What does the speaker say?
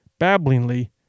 babblingly